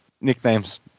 nicknames